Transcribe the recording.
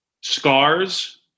scars